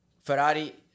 Ferrari